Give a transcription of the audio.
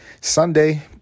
Sunday